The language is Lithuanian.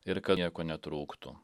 ir kad nieko netrūktų